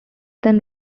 then